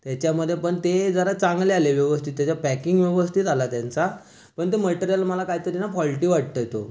त्याच्यामध्ये पण ते जरा चांगले आले व्यवस्थित त्याचा पॅकिंग व्यवस्थित आला त्यांचा पण ते मटेरियल मला काहीतरी ना फॉल्टी वाटतं आहे तो